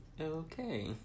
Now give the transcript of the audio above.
okay